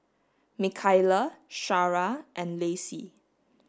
Mikaila Shara and Lacey